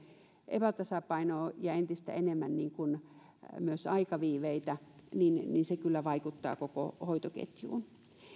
epätasapainoa ja entistä enemmän myös aikaviiveitä niin niin se kyllä vaikuttaa koko hoitoketjuun